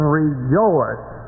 rejoice